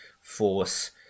force